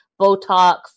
Botox